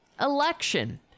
election